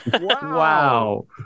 Wow